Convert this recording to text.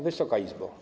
Wysoka Izbo!